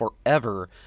forever